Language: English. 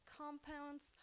compounds